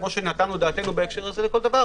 כפי שנתנו דעתנו בהקשר הזה לכל דבר,